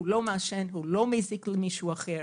לא מעשן ולא מזיק למישהו אחר,